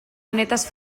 honetaz